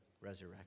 resurrection